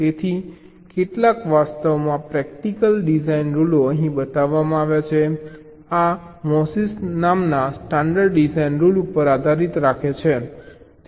તેથી કેટલાક વાસ્તવમાં પ્રેક્ટિકલ ડિઝાઇન રૂલો અહીં બતાવવામાં આવ્યા છે આ MOSIS નામના સ્ટાન્ડર્ડ ડિઝાઇન રૂલ ઉપર આધારિત છે